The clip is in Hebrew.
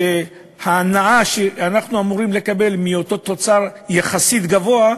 שאת ההנאה שאנחנו אמורים לקבל מאותו תוצר יחסית גבוה,